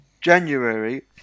January